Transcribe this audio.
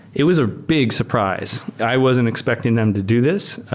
it was a big surprise. i wasn't expecting them to do this.